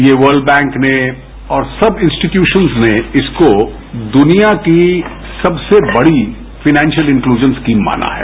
ये World Bank ने और सब इंस्टीट्यूशंस ने इसको दुनिया की सबसे बड़ी फाइनेशियल इन्क्लूजन स्कीम माना है